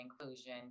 inclusion